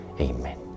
Amen